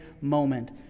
moment